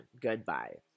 goodbye